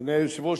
אדוני היושב-ראש,